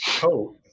coat